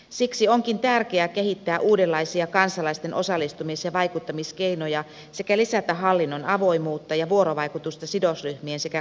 siksi onkin tärkeää kehittää uudenlaisia kansalaisten osallistumis ja vaikuttamiskeinoja sekä lisätä hallinnon avoimuutta ja vuorovaikutusta sidosryhmien sekä kansalaisten kesken